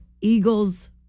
Eagles